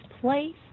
place